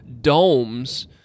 domes